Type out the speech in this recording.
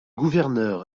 gouverneur